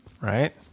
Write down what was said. Right